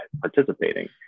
participating